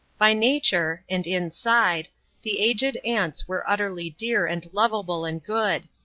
by nature and inside the aged aunts were utterly dear and lovable and good,